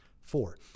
four